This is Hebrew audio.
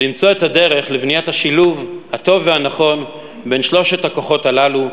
למצוא את הדרך לבניית השילוב הטוב והנכון בין שלושת הכוחות הללו,